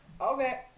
Okay